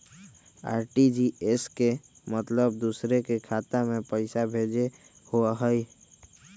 RTGS के मतलब दूसरे के खाता में पईसा भेजे होअ हई?